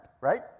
right